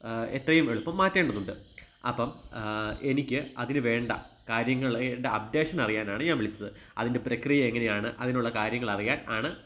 എത്രയും എളുപ്പം മാറ്റേണ്ടതുണ്ട് അപ്പോള് എനിക്ക് അതിന് വേണ്ട കാര്യങ്ങളുടെ അപ്ഡേഷനറിയാനാണ് ഞാന് വിളിച്ചത് അതിൻ്റെ പ്രക്രിയ എങ്ങനെയാണ് അതിനുള്ള കാര്യങ്ങളറിയാൻ ആണ്